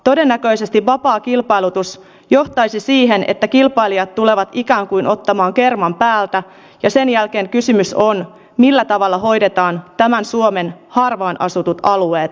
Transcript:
todennäköisesti vapaa kilpailutus johtaisi siihen että kilpailijat tulevat ikään kuin ottamaan kerman päältä ja sen jälkeen kysymys on siitä millä tavalla hoidetaan suomen harvaan asutut alueet